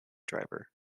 driver